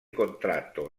contratto